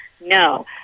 No